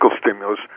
stimulus